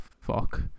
fuck